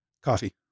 Coffee